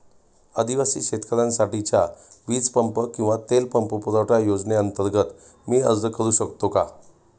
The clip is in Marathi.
आदिवासी शेतकऱ्यांसाठीच्या वीज पंप किंवा तेल पंप पुरवठा योजनेअंतर्गत मी अर्ज करू शकतो का?